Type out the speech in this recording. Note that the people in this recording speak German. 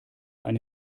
eine